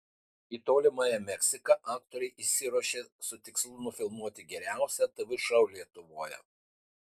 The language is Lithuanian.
į tolimąją meksiką aktoriai išsiruošė su tikslu nufilmuoti geriausią tv šou lietuvoje